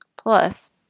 Plus